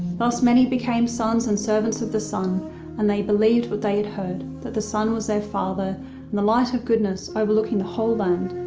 thus many became sons and servants of the sun and they believed what they had heard that the sun was their father and the light of goodness overlooking the whole land.